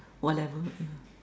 whatever yeah